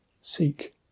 Seek